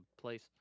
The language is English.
place